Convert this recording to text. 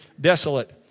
desolate